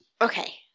okay